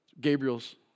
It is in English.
Gabriel's